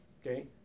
Okay